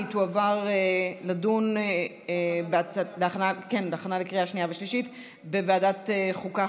והיא תועבר לדיון להכנה לקריאה שנייה ולקריאה שלישית בוועדת החוקה,